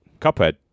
Cuphead